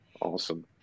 Awesome